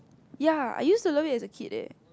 ya I used to love it as a kid leh